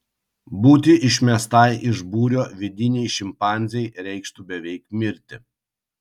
būti išmestai iš būrio vidinei šimpanzei reikštų beveik mirti